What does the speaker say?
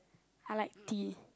I like tea